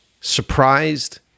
surprised